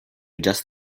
adjust